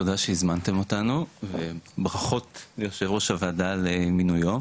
תודה שהזמנתם אותנו וברכות ליושב ראש הוועדה למינויו.